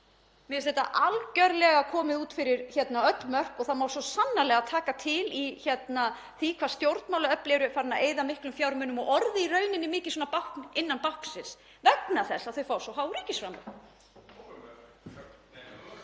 þetta algerlega komið út fyrir öll mörk og það má svo sannarlega taka til í því hvað stjórnmálaöfl eru farin að eyða miklum fjármunum og orðin í rauninni mikið bákn innan báknsins vegna þess að þau fá svo há ríkisframlög.